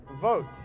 votes